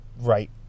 right